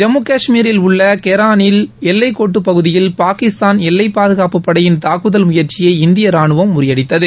ஜம்மு காஷ்மீரில் உள்ள கொளில் எல்லை கோட்டுப்பகுதியில் பாகிஸ்தான் எல்லை பாதுகாப்பு படையின் தாக்குதல் முயற்சியை இந்திய ராணுவம் முறியடித்தது